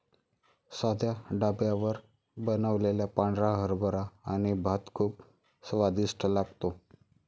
साध्या ढाब्यावर बनवलेला पांढरा हरभरा आणि भात खूप स्वादिष्ट लागतो